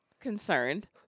concerned